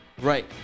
Right